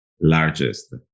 largest